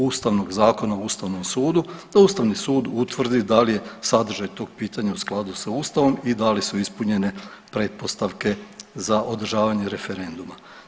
Ustavnog zakona o Ustavnom sudu, da Ustavni sud utvrdi da li je sadržaj tog pitanja u skladu sa Ustavom i da li su ispunjene pretpostavke za održavanje referenduma.